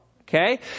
okay